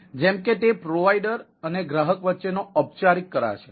જેમ કે તે પ્રોવાઇડર અને ગ્રાહક વચ્ચેનો ઔપચારિક કરાર છે